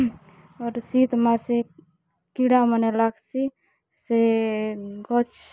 ତାର୍ପରେ ଶୀତ୍ ମାନେ କିଡ଼ା ମାନେ ଲାଗ୍ସି ସେ ଗଛ୍